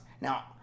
Now